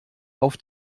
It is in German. auf